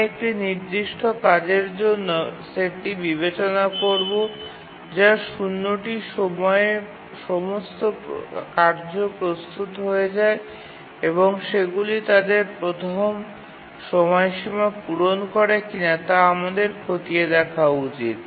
আমরা একটি নির্দিষ্ট কাজের জন্য সেটটি বিবেচনা করব যা ০ টি সময়ে সমস্ত কার্য প্রস্তুত হয়ে যায় এবং সেগুলি তাদের প্রথম সময়সীমা পূরণ করে কিনা তা আমাদের খতিয়ে দেখা উচিত